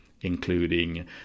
including